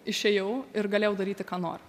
išėjau ir galėjau daryti ką noriu